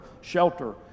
shelter